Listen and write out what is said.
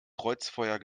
kreuzfeuer